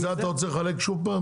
ואת זה אתה רוצה לחלק שוב?